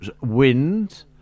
wind